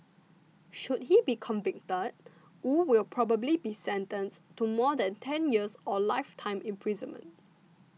should he be convicted Wu will probably be sentenced to more than ten years or lifetime imprisonment